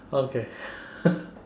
okay